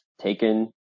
taken